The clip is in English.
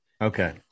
Okay